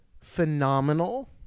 phenomenal